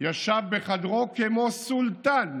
ישב בחדרו כמו סולטאן"